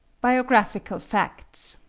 biographical facts,